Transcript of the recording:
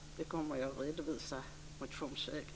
Dessa kommer jag att redovisa motionsvägen.